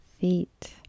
feet